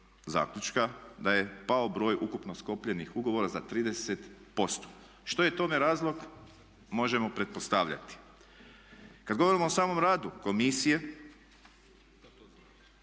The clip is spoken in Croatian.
zaključka da je pao broj ukupno sklopljenih ugovora za 30%. Što je tome razlog? Možemo pretpostavljati. Kad govorimo o samom radu komisije